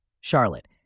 Charlotte